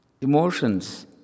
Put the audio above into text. Emotions